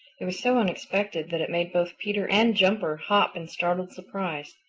it was so unexpected that it made both peter and jumper hop in startled surprise.